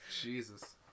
Jesus